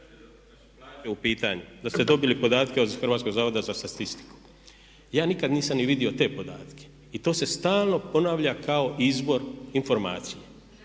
da ste dobili podatke od Hrvatskog zavoda za statistiku. Ja nikad nisam ni vidio te podatke i to se stalno ponavlja kao izbor informacije.